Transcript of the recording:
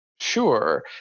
sure